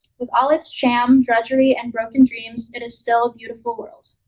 with all its sham, drudgery, and broken dreams, it is still a beautiful world.